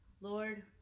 Lord